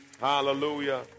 Hallelujah